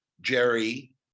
Jerry